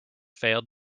failed